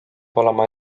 olema